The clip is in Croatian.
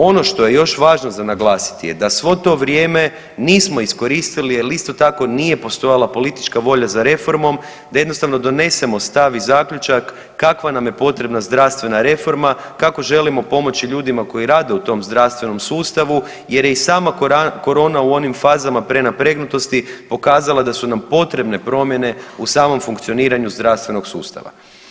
Ono što je još važno za naglasiti da svo to vrijeme nismo iskoristili jer isto tako nije postojala politička volja za reformom, da jednostavno donesemo stav i zaključak kakva nam je potrebna zdravstvena reforma, kako želimo pomoći ljudima koji rade u tom zdravstvenom sustavu jer je i sama korona u onim fazama prenapregnutosti pokazala da su nam potrebne promjene u samom funkcioniranju zdravstvenog sustava.